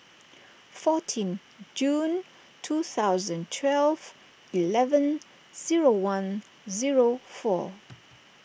fourteen June two thousand twelve eleven zero one zero four